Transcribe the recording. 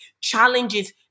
challenges